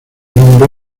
nombre